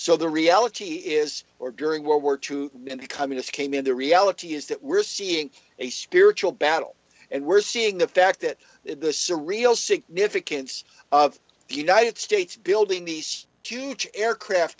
so the reality is or during world war two in becoming this came in the reality is that we're seeing a spiritual battle and we're seeing the fact that this is a real significance of the united states building these huge aircraft